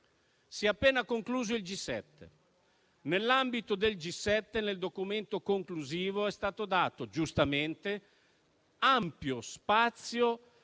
si è appena concluso il G7 e nel documento conclusivo è stato dato, giustamente, ampio spazio